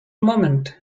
moment